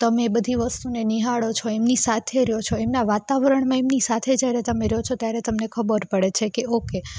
તમે બધી વસ્તુને નીહાળો છો એમની સાથે રહો છો એમના વાતાવરણમાં એમની સાથે જ્યારે તમે રહો છો ત્યારે તમને ખબર પડે છે ઓકે